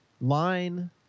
line